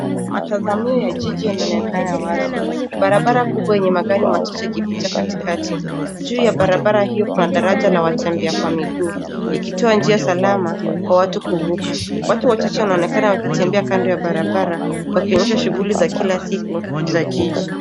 Matazamio ya jiji yanaonekana wazi. Barabara kubwa yenye magari machache ikipita katikati. Njia ya barabara hiyo kuna dataja na wapita miguu ikitoa njia salama kwa watu kuvuka. Watu wachache wanaonekana wakitembea kando ya barabara wakionyesha shughuli za kila siku za jiji.